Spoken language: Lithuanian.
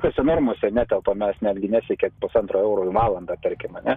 tose normose netelpam mes netgi nesiekia pusantro euro į valandą tarkim ane